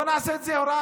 בואו נעשה את זה הוראה